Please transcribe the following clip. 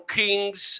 kings